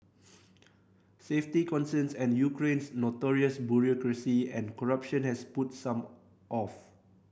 safety concerns and Ukraine's notorious bureaucracy and corruption has put some off